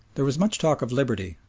there was much talk of liberty,